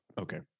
Okay